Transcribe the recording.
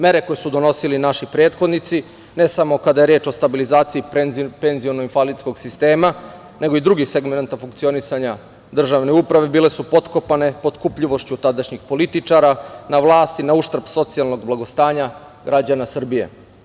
Mere koje su donosili naši prethodnici, ne samo kad je reč o stabilizaciji penziono-invalidskog sistema, nego i drugih segmenata funkcionisanja državne uprave bile su potkopane potkupljivošću tadašnjih političara na vlasti na uštrb socijalnog blagostanja građana Srbije.